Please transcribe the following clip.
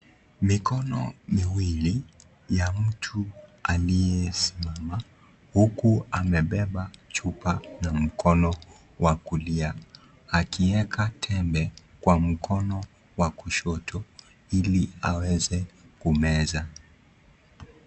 Mikono miwili ya mtu aliyesimama huku amebeba chupa na mkono wa kulia, akieka tembe kwa mkono wa kushoto ili aweze kumeza.